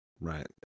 right